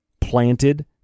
planted